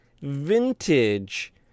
vintage